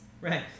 Right